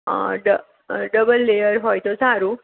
હા double layer હોય તો સારું